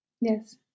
Yes